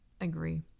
agree